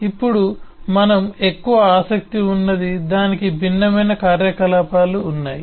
కానీ ఇప్పుడు మనకు ఎక్కువ ఆసక్తి ఉన్నది దానికి భిన్నమైన కార్యకలాపాలు ఉన్నాయి